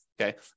okay